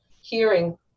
hearing